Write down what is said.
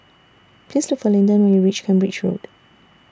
Please Look For Linden when YOU REACH Cambridge Road